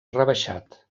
rebaixat